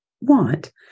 want